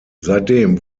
seitdem